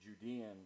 Judean